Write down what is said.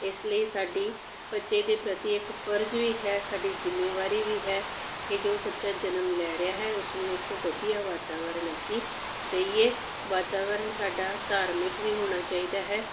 ਇਸ ਲਈ ਸਾਡੀ ਬੱਚੇ ਦੇ ਪ੍ਰਤੀ ਇੱਕ ਫਰਜ਼ ਵੀ ਹੈ ਸਾਡੀ ਜ਼ਿੰਮੇਵਾਰੀ ਵੀ ਹੈ ਕਿ ਜੋ ਬੱਚਾ ਜਨਮ ਲੈ ਰਿਹਾ ਹੈ ਉਸਨੂੰ ਇੱਕ ਵਧੀਆ ਵਾਤਾਵਰਨ ਅਸੀਂ ਦਈਏ ਵਾਤਾਵਰਨ ਸਾਡਾ ਧਾਰਮਿਕ ਵੀ ਹੋਣਾ ਚਾਹੀਦਾ ਹੈ